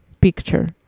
picture